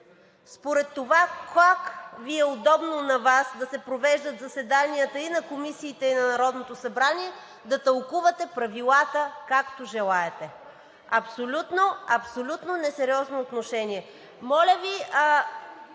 според това как Ви е удобно на Вас да се провеждат заседанията – и на комисиите, и на Народното събрание, да тълкувате правилата както желаете. Абсолютно, абсолютно несериозно отношение!